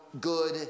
good